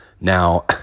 Now